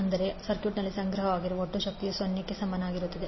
ಅಂದರೆ ಸರ್ಕ್ಯೂಟ್ನಲ್ಲಿ ಸಂಗ್ರಹವಾಗಿರುವ ಒಟ್ಟು ಶಕ್ತಿಯು 0 ಕ್ಕೆ ಸಮನಾಗಿರುತ್ತದೆ